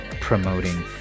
promoting